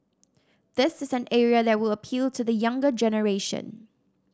this is an area that would appeal to the younger generation